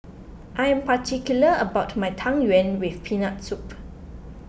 I am particular about my Tang Yuen with Peanut Soup